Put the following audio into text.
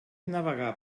navegar